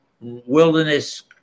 wilderness